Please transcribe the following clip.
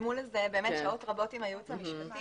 קדמו לזה שעות רבות עם הייעוץ המשפטי,